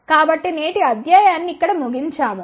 కాబట్టి నేటి అధ్యాయాన్ని ఇక్కడ ముగించాము